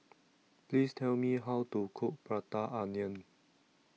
Please Tell Me How to Cook Prata Onion